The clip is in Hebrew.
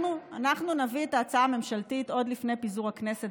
אנחנו נביא את ההצעה הממשלתית עוד לפני פיזור הכנסת